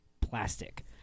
plastic